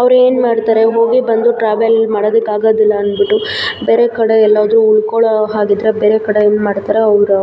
ಅವ್ರೇನು ಮಾಡ್ತಾರೆ ಹೋಗಿ ಬಂದು ಟ್ರಾವೆಲ್ ಮಾಡೋದಕ್ಕಾಗೋದಿಲ್ಲ ಅಂದ್ಬಿಟ್ಟು ಬೇರೆ ಕಡೆ ಎಲ್ಲಾದರೂ ಉಳ್ಕೊಳ್ಳೋ ಹಾಗಿದ್ದರೆ ಬೇರೆ ಕಡೆ ಏನ್ಮಾಡ್ತಾರೆ ಅವ್ರು